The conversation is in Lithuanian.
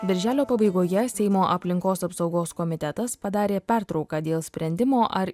birželio pabaigoje seimo aplinkos apsaugos komitetas padarė pertrauką dėl sprendimo ar